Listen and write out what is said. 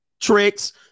tricks